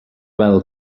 well